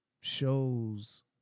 shows